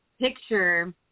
picture